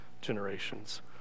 generations